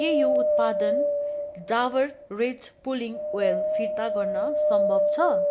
के यो उत्पादन डाबर रेड पुलिङ ओइल फिर्ता गर्न सम्भव छ